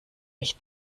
mich